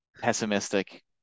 pessimistic